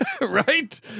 right